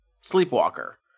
Sleepwalker